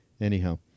Anyhow